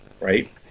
right